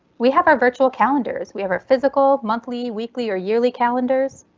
we have our virtual calendars. we have our physical monthly, weekly or yearly calendars.